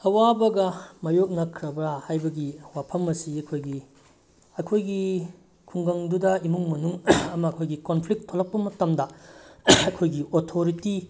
ꯑꯋꯥꯕꯒ ꯃꯥꯏꯌꯣꯛꯅꯈ꯭ꯔꯕꯔ ꯍꯥꯏꯕꯒꯤ ꯋꯥꯐꯝ ꯑꯁꯤ ꯑꯩꯈꯣꯏꯒꯤ ꯑꯩꯈꯣꯏꯒꯤ ꯈꯨꯡꯒꯪꯗꯨꯗ ꯏꯃꯨꯡ ꯃꯅꯨꯡ ꯑꯃ ꯑꯩꯈꯣꯏꯒꯤ ꯀꯣꯟꯐ꯭ꯂꯤꯛ ꯊꯣꯂꯛꯄ ꯃꯇꯝꯗ ꯑꯩꯈꯣꯏꯒꯤ ꯑꯣꯊꯣꯔꯤꯇꯤ